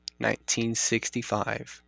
1965